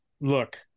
Look